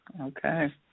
Okay